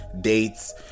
dates